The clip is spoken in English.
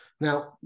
Now